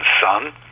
son